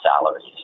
salaries